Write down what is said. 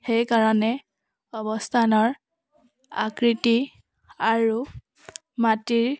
সেইকাৰণে অৱস্থানৰ আকৃতি আৰু মাটিৰ